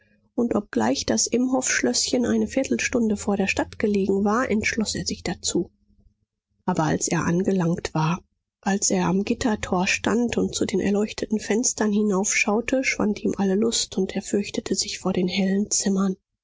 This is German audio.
und obgleich das imhoffschlößchen eine viertelstunde vor der stadt gelegen war entschloß er sich dazu aber als er angelangt war als er am gittertor stand und zu den erleuchteten fenstern hinaufschaute schwand ihm alle lust und er fürchtete sich vor den hellen zimmern